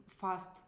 fast